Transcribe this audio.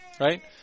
right